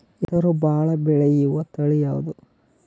ಹೆಸರು ಭಾಳ ಬೆಳೆಯುವತಳಿ ಯಾವದು?